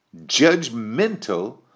judgmental